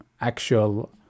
actual